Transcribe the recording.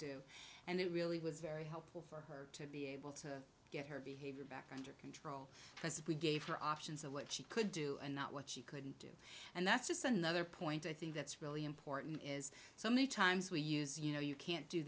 do and it really was very helpful for her to be able to get her behavior back under control because if we gave her options of what she could do and not what she could and that's just another point i think that's really important is so many times we use you know you can't do